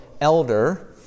elder